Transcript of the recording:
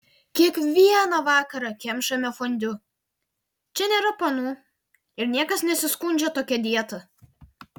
kiekvieną vakarą kemšame fondiu čia nėra panų ir niekas nesiskundžia tokia dieta